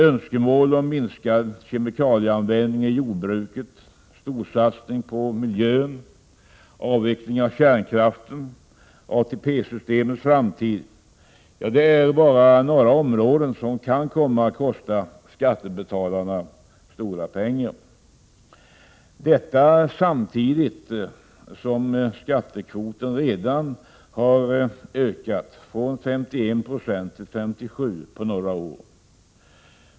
Önskemål om minskad kemikalieanvändning i jordbruket, storsatsning på miljön, avveckling av kärnkraften, ATP-systemets framtid — ja, det är bara några områden som kan komma att kosta skattebetalarna stora pengar. Detta samtidigt som skattekvoten redan har ökat från 51 Yo till 57 96 på några år.